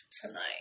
tonight